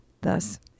Thus